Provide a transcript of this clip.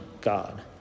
God